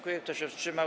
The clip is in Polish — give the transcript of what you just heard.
Kto się wstrzymał?